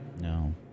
No